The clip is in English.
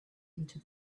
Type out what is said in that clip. into